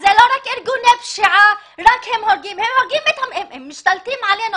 זה לא רק שארגוני פשיעה רק הורגים אלא הם משתלטים עלינו,